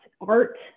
art